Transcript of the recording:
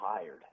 tired